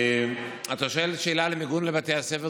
אתה שואל שאלה על מיגון לבתי הספר.